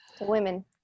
women